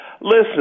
Listen